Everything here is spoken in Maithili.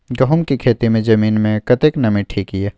गहूम के खेती मे जमीन मे कतेक नमी ठीक ये?